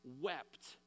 wept